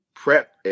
PrEP